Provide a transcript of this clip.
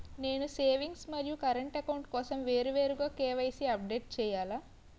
నేను సేవింగ్స్ మరియు current account కోసం వేరువేరుగా కే.వై.సీ అప్డేట్ చేయాలా?